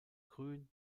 grün